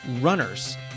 runners